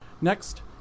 Next